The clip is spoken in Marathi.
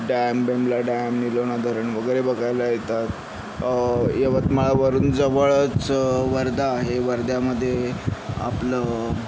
डॅम बीमला डॅम निलोना धरण वगैरे बघायला येतात यवतमाळवरून जवळच वर्धा आहे वर्ध्यामध्ये आपलं